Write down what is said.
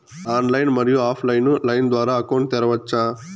Online, మరియు offline line ద్వారా account తెరవచ్చా?